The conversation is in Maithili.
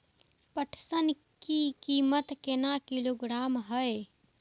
पटसन की कीमत केना किलोग्राम हय?